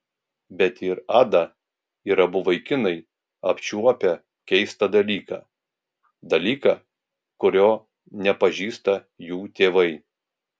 bet ir ada ir abu vaikinai apčiuopę keistą dalyką dalyką kurio nepažįsta jų tėvai